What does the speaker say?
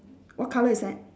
what colour is that